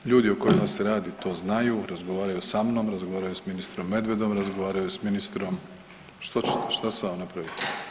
Ljudi o kojima se radi to znaju, razgovaraju sa mnom, razgovaraju s ministrom Medvedom, razgovaraju s ministrom, što, što sam vam napravio?